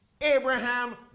Abraham